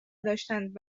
داشتند